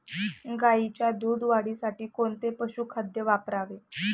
गाईच्या दूध वाढीसाठी कोणते पशुखाद्य वापरावे?